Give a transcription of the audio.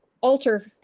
alter